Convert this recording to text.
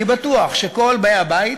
אני בטוח שכל באי הבית